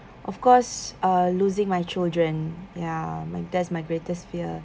of course uh losing my children ya my that's my greatest fear